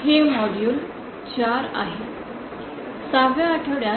हे मॉड्यूल 4 आहे 6 व्या आठवड्यात